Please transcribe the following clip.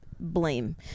blame